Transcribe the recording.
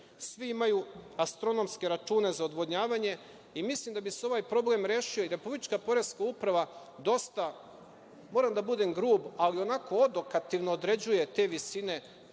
svi imaju astronomske račune za odvodnjavanje i mislim da bi se ovaj problem rešio i Republička poreska uprava dosta, moram da budem grub, ali onako odokativno određuje te visine